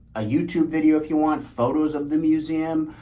a youtube video if you want photos of the museum,